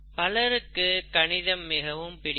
பலருக்கு கணிதம் மிகவும் பிடிக்கும்